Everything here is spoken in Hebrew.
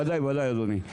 בוודאי אדוני.